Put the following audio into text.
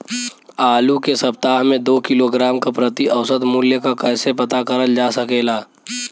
आलू के सप्ताह में दो किलोग्राम क प्रति औसत मूल्य क कैसे पता करल जा सकेला?